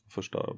Första